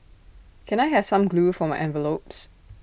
can I have some glue for my envelopes